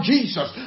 Jesus